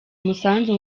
umusanzu